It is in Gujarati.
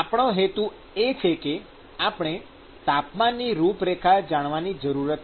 આપણો હેતુ એ છે કે આપણે તાપમાનની રૂપરેખા જાણવાની જરૂરત છે